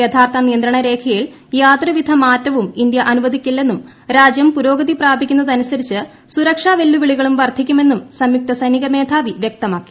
യഥാർത്ഥ നിയന്ത്രണരേഖയിൽ യാതൊരുവിധ മാറ്റവും ഇന്ത്യ അനുവദിക്കില്ലെന്നും രാജൃം പുരോഗതി പ്രൊപിക്കുന്നത് അനുസരിച്ച് സുരക്ഷാ വെല്ലുവിളികളും വർദ്ധിക്കുമെന്നും സംയുക്ത സൈനിക മേധാവി വൃക്തമാക്കി